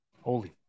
holy